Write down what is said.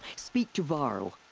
speak to varl.